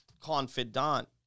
confidant